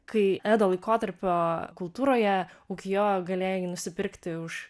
kai edo laikotarpio kultūroje ukjo galėjai nusipirkti už